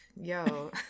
yo